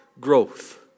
growth